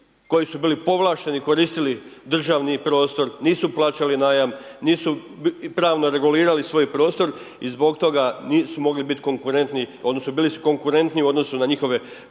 koji su bili povlašteni koristili državni prostor, nisu plaćali najam, nisu pravno regulirali svoj prostor i zbog toga nisu mogli biti konkurentni, odnosno bili su konkurentni u odnosu na njihove